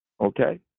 Okay